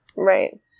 Right